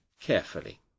carefully